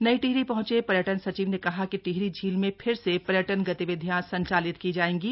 नई टिहरी पहंचे पर्यटन सचिव ने कहा कि टिहरी झील में फिर से पर्यटन गतिविधियां संचालित की जाएंगी